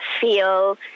feel